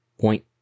point